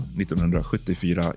1974